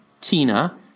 Tina